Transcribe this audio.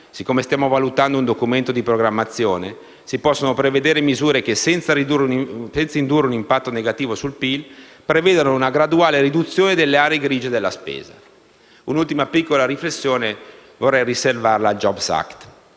Siccome stiamo valutando un Documento di programmazione, si possono prevedere misure che, senza indurre un impatto negativo sul PIL, prevedano una graduale riduzione delle aree grigie della spesa. Vorrei riservare un' ultima piccola riflessione al *jobs act*.